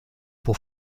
pour